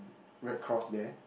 red cross there